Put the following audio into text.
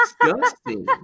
Disgusting